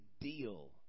deal